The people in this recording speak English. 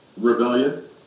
rebellion